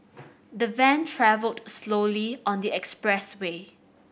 the van travelled slowly on the expressway